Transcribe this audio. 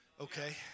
okay